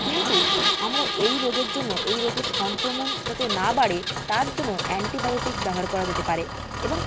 কিন্তু আমরা এই রোগের জন্য এই রোগের সংক্রমণ যাতে না বাড়ে তার জন্য অ্যান্টিবায়োটিক ব্যবহার করা যেতে পারে এবং